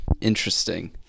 Interesting